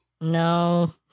No